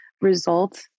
result